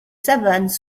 savanes